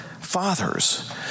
Fathers